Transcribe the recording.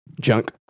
Junk